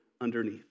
underneath